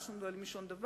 לא שואלים שום דבר.